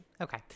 Okay